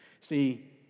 see